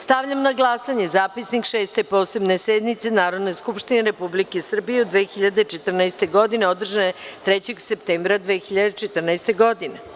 Stavljam na glasanje Zapisnik Šeste posebne sednice Narodne skupštine Republike Srbije u 2014. godini, održane 3. septembra 2014. godine.